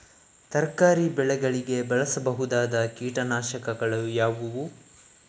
ತರಕಾರಿ ಬೆಳೆಗಳಿಗೆ ಬಳಸಬಹುದಾದ ಕೀಟನಾಶಕಗಳು ಯಾವುವು?